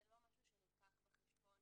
זה לא משהו שנלקח בחשבון